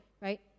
right